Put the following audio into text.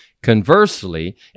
Conversely